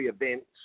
events